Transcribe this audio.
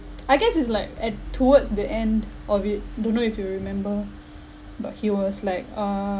I guess is like at towards the end of it don't know if you remember but he was like uh